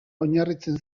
oinarritzen